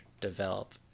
develop